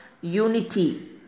unity